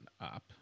up